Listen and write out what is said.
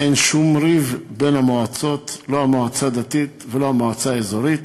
אין שום ריב בין המועצות לא המועצה הדתית ולא המועצה האזורית.